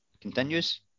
Continues